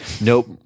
nope